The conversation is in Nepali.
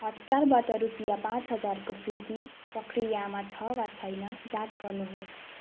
हटस्टारबाट रुपियाँ पाँच हजारको फिर्ती प्रक्रियामा छ वा छैन जाँच गर्नुहोस्